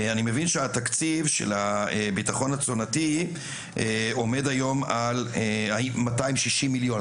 אני מבין שהתקציב של הביטחון התזונתי עומד היום על 260 מיליון,